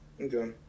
okay